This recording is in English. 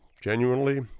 genuinely